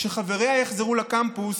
כשחבריה יחזרו לקמפוס